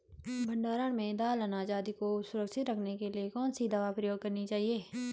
भण्डारण में दाल अनाज आदि को सुरक्षित रखने के लिए कौन सी दवा प्रयोग करनी चाहिए?